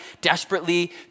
desperately